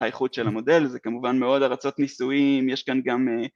האיכות של המודל זה כמובן מאוד ארצות ניסויים יש כאן גם